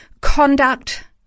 conduct